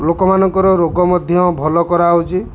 ଲୋକମାନଙ୍କର ରୋଗ ମଧ୍ୟ ଭଲ କରାହଉଛି